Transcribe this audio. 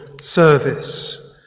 service